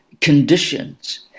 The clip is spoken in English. conditions